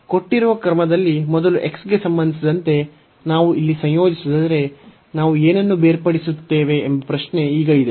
ಕೊಟ್ಟಿರುವ ಕ್ರಮದಲ್ಲಿ ಮೊದಲು x ಗೆ ಸಂಬಂಧಿಸಿದಂತೆ ನಾವು ಇಲ್ಲಿ ಸಂಯೋಜಿಸಿದರೆ ನಾವು ಏನನ್ನು ಬೇರ್ಪಡಿಸುತ್ತೇವೆ ಎಂಬ ಪ್ರಶ್ನೆ ಈಗ ಇದೆ